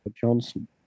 Johnson